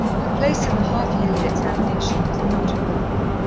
her place in the half-yearly examination was not a good one.